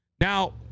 Now